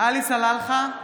עלי סלאלחה,